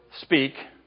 speak